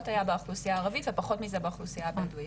היה באוכלוסייה הערבית ופחות מזה באוכלוסייה הבדואית.